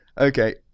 Okay